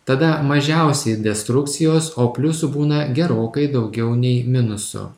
tada mažiausiai destrukcijos o pliusų būna gerokai daugiau nei minusų